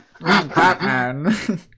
Batman